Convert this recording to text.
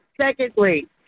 Secondly